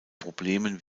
problemen